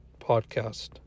podcast